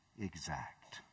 exact